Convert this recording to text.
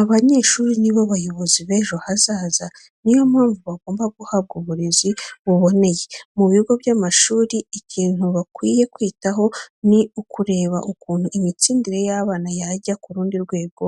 Abanyeshuri ni bo bayobozi b'ejo hazaza niyo mpamvu bagomba guhabwa uburezi buboneye. Mu bigo by'amashuri ikintu bakwiye kwitaho ni ukureba ukuntu imitsindire y'abana yajya ku rundi rwego